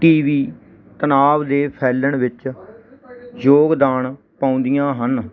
T B ਤਣਾਅ ਦੇ ਫੈਲਣ ਵਿੱਚ ਯੋਗਦਾਨ ਪਾਉਂਦੀਆਂ ਹਨ